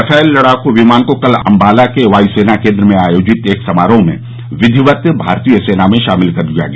Rafale लड़ाकू विमान को कल अंबाला के वाय्सेना केन्द्र में आयोजित एक समारोह में विधिवत भारतीय सेना में शामिल कर लिया गया